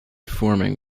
forming